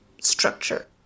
structure